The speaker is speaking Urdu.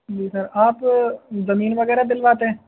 جی سر آپ زمین وغیرہ دلواتے ہیں